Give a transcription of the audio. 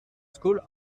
skol